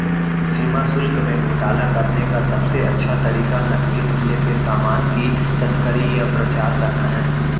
सीमा शुल्क में घोटाला करने का सबसे अच्छा तरीका नकली मूल्य के सामान की तस्करी या प्रचार करना है